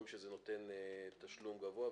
אומרים שזה נותן תשלום גבוה,